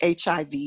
HIV